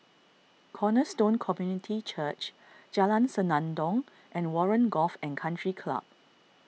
Cornerstone Community Church Jalan Senandong and Warren Golf and Country Club